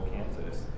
Kansas